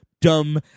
dumb